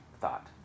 thought